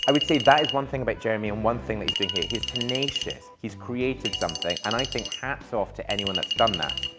i would say that is one thing about jeremy and one thing that he's doing here. he's tenacious, he's created something and i think hats off to anyone that's done that.